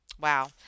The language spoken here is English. Wow